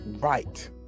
right